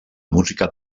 música